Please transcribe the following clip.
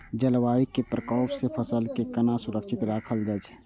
जलवायु के प्रकोप से फसल के केना सुरक्षित राखल जाय छै?